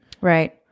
Right